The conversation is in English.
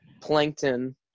Plankton